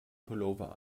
pullover